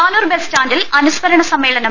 Panoor bus സ്റ്റാൻഡിൽ അനുസ്മരണ് സ്മ്മേളനം